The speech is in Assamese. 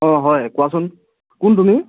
অঁ হয় কোৱাচোন কোন তুমি